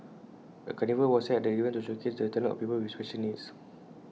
A carnival was held at the event to showcase the talents of people with special needs